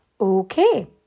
Okay